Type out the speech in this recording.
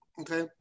okay